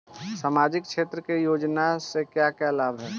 सामाजिक क्षेत्र की योजनाएं से क्या क्या लाभ है?